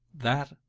that,